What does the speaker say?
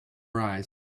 arise